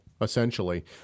essentially